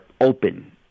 open